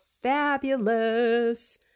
fabulous